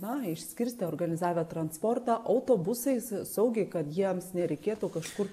na išskirstė organizavę transportą autobusais saugiai kad jiems nereikėtų kažkur